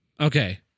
Okay